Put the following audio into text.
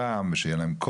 ויש להם זכויות.